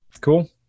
Cool